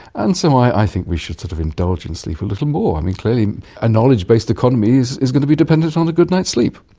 and so i think we should sort of indulge in sleep a little more. clearly a knowledge-based economy is is going to be dependent on a good night's sleep.